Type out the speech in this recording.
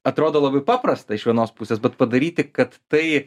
atrodo labai paprasta iš vienos pusės bet padaryti kad tai